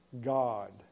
God